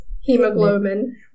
hemoglobin